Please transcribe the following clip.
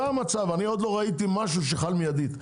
זה המצב, אני עוד לא ראיתי משהו שחל מידית.